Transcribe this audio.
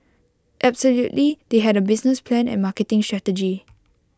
absolutely they had A business plan and marketing strategy